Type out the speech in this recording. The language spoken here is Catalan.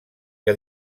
que